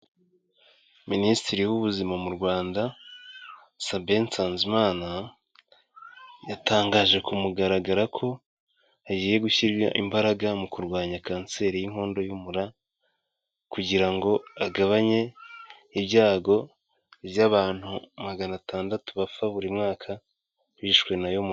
Minisitiri w'ubuzima mu Rwanda; Sabin Nsanzimana yatangaje ku mugaragaro ko hagiye gushyira imbaraga mu kurwanya kanseri y'inkondo y'umura kugira ngo agabanye ibyago by'abantu magana atandatu bapfa buri mwaka bishwe nayo.